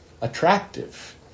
attractive